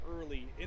early